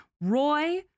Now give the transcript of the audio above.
Roy